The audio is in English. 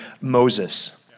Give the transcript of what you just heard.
Moses